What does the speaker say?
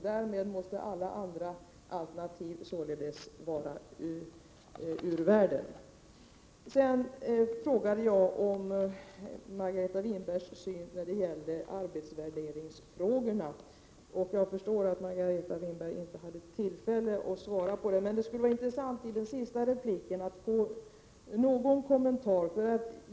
Därmed måste alla andra alternativ således vara ur världen. Jag frågade om Margareta Winbergs syn på arbetsvärderingsfrågorna. Jag förstår att Margareta Winberg inte hade tillfälle att svara. Men det skulle vara intressant att i den sista repliken få någon kommentar.